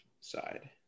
side